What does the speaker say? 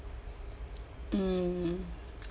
mm